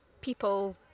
people